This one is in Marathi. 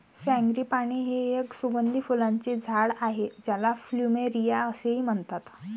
फ्रँगीपानी हे एक सुगंधी फुलांचे झाड आहे ज्याला प्लुमेरिया असेही म्हणतात